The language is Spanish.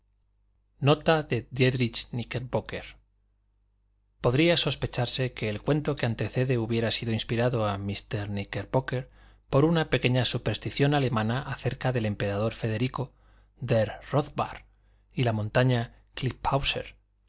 bienhechor de rip van winkle nota podría sospecharse que el cuento que antecede hubiera sido inspirado a mr kníckerbocker por una pequeña superstición alemana acerca del emperador federico der róthbart y la montaña